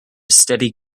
steady